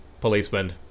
policeman